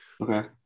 Okay